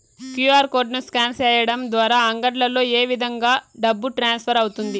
QR code ను scan సేయడం ద్వారా అంగడ్లలో ఏ విధంగా డబ్బు ట్రాన్స్ఫర్ అవుతుంది